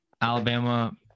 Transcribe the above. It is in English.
Alabama